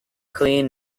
clean